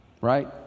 right